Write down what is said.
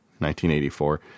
1984